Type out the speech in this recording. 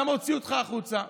למה הוציאו אותך החוצה.